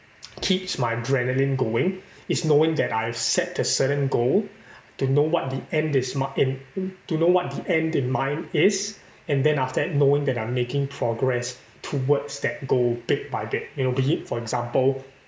keeps my adrenaline going is knowing that I've set a certain goal to know what the end is mi~ in to know what the end in mind is and then after that knowing that I'm making progress towards that goal bit by bit you know be it for example